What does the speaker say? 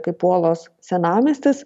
kaip uolos senamiestis